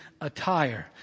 attire